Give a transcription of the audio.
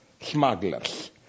smugglers